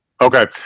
Okay